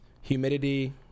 humidity